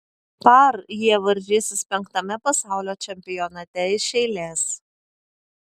par jie varžysis penktame pasaulio čempionate iš eilės